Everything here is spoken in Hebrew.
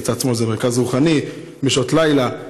מצד שמאל זה מרכז רוחני בשעות הלילה,